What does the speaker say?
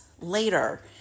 later